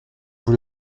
vous